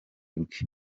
bwe